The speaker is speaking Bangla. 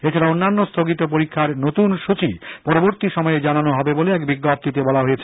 এছাড়া অন্যান্য স্থগিত পরীক্ষার নতুন সৃচি পরবর্তী সময়ে জানানো হবে বলে এক বিজ্ঞপ্তিতে বলা হয়েছে